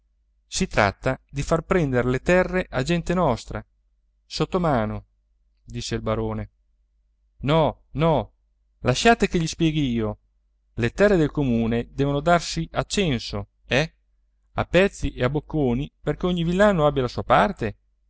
si tratta di far prendere le terre a gente nostra sottomano disse il barone no no lasciate che gli spieghi io le terre del comune devono darsi a censo eh a pezzi e a bocconi perché ogni villano abbia la sua parte